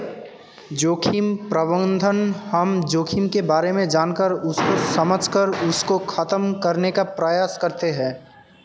जोखिम प्रबंधन हम जोखिम के बारे में जानकर उसको समझकर उसको खत्म करने का प्रयास करते हैं